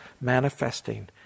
manifesting